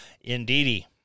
Indeedy